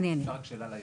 אפשר רק שאלה לעירייה?